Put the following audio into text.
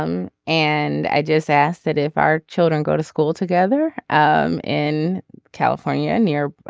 um and i just ask that if our children go to school together um in california near.